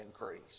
increase